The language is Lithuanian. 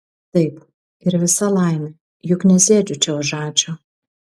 taip ir visa laimė juk nesėdžiu čia už ačiū